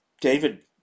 David